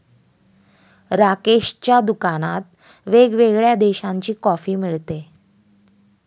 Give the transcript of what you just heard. राकेशच्या दुकानात वेगवेगळ्या देशांची कॉफी मिळते